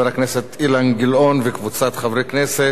הכנסת אילן גילאון וקבוצת חברי הכנסת,